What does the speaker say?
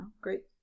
great